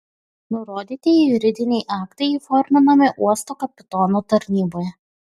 nurodytieji juridiniai aktai įforminami uosto kapitono tarnyboje